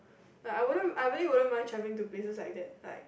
like I wouldn't I really wouldn't mind travelling to places like that like